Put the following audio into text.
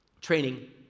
training